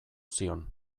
zion